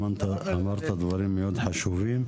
אמרת דברים מאוד חשובים.